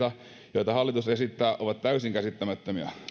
joita hallitus esittää ovat täysin käsittämättömiä